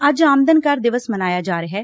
ਅੱਜ ਆਮਦਨ ਕਰ ਦਿਵਸ ਮਨਾਇਆ ਜਾ ਰਿਹੈ